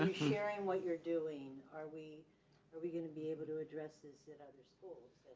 sharing what you're doing. are we are we going to be able to address this at other schools